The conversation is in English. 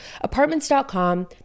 apartments.com